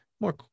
more